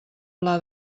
pla